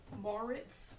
Moritz